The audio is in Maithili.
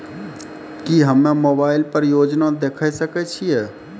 की हम्मे मोबाइल पर योजना देखय सकय छियै?